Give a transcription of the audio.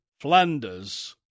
Flanders